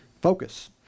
Focus